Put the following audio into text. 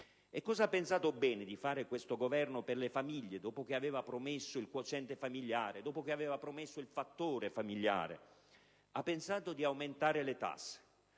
cosa ha pensato bene di fare questo Governo per le famiglie, dopo che aveva promesso il quoziente familiare e il fattore famiglia? Ha pensato di aumentare le tasse: